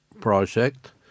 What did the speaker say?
project